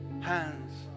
hands